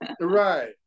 Right